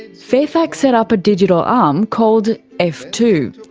fairfax set up a digital arm called f two.